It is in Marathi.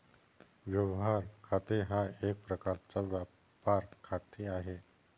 व्यवहार खाते हा एक प्रकारचा व्यापार खाते आहे